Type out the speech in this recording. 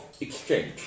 exchange